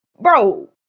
Bro